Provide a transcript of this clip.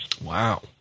Wow